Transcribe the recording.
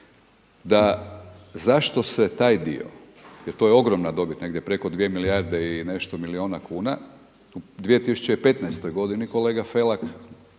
da zašto se taj dio, jer to je ogromna dobit negdje preko 2 milijarde i nešto milijuna kuna, u 2015. godini kolega Felak